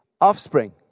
offspring